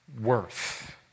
worth